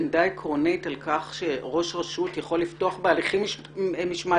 עמדה עקרונית על כך שראש רשות יכול לפתוח בהליכים משמעתיים